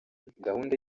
gahunda